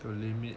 the limit